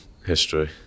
history